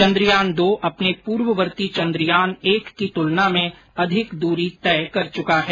चंद्रयान दो अपने पूर्ववर्ती चंद्रयान एक की तुलना में अधिक दूरी तय कर चुका है